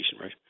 right